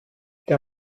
der